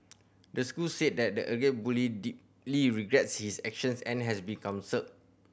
the school said that the alleged bully deeply regrets his actions and has been counselled